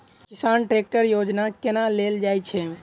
किसान ट्रैकटर योजना केना लेल जाय छै?